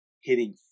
hitting